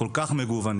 כל כך מגוונים